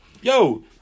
Yo